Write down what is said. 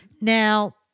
Now